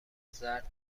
زرد